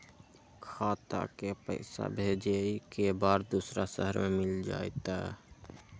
खाता के पईसा भेजेए के बा दुसर शहर में मिल जाए त?